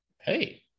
hey